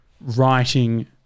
writing